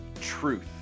truth